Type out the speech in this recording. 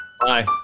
Bye